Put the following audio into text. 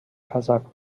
casaco